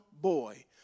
boy